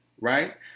right